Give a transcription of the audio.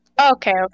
okay